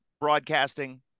broadcasting